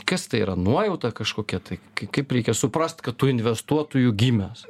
kas tai yra nuojauta kažkokia kai kaip reikia suprast kad tu investuotoju gimęs